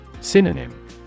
Synonym